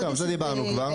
טוב, על זה דיברנו כבר.